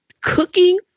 cooking